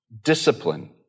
discipline